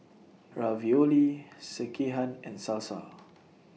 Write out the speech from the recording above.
Ravioli Sekihan and Salsa